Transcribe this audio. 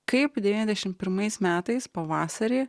kaip devyniasdešim pirmais metais pavasarį